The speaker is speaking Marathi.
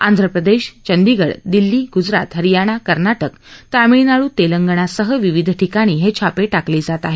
आंध प्रदेश चंदीगढ़ दिल्ली ग्जरात हरियाणा कर्ना क तामिळनाडू तेलंगणासह विविध ठिकाणी हे छापे शाकले जात आहेत